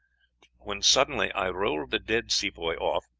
when suddenly i rolled the dead sepoy off,